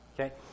Okay